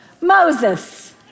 Moses